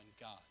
God